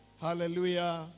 hallelujah